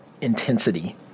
intensity